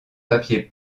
papiers